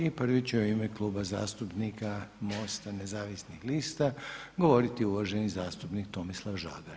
I prvi će u ime Kluba zastupnika MOST-a Nezavisnih lista govoriti uvaženi zastupnik Tomislav Žagar.